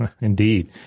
indeed